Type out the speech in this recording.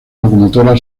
locomotora